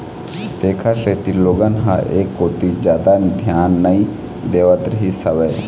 तेखर सेती लोगन ह ऐ कोती जादा धियान नइ देवत रहिस हवय